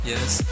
Yes